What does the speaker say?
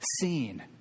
seen